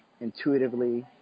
intuitively